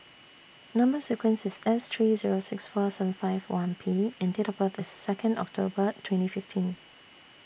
Number sequence IS S three Zero six four seven five one P and Date of birth IS Second October twenty fifteen